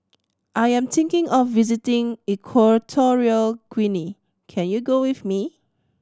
I am thinking of visiting Equatorial Guinea Can you go with me